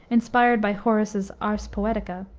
inspired by horace's ars poetica,